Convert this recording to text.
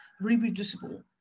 reproducible